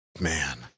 Man